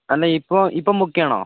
അല്ല ഇപ്പോൾ ഇപ്പം ബുക്ക് ചെയ്യണോ